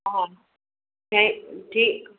हा ऐं जी